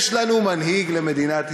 יש לנו מנהיג למדינת ישראל.